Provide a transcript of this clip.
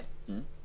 כן.